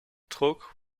truk